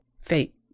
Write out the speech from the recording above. fate